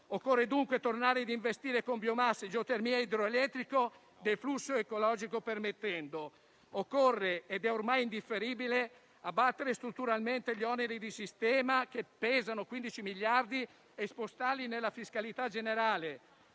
Occorre dunque tornare ad investire con biomasse, geotermia e idroelettrico, deflusso ecologico permettendo. Occorre - ed è ormai indifferibile - abbattere strutturalmente gli oneri di sistema che pesano 15 miliardi e spostarli nella fiscalità generale.